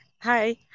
Hi